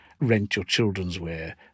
rent-your-children's-wear